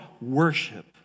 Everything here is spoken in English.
worship